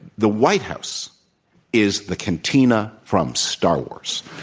the white house is the cantina from star wars.